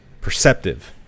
perceptive